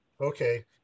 Okay